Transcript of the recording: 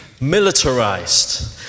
militarized